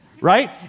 Right